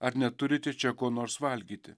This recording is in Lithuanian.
ar neturite čia ko nors valgyti